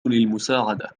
المساعدة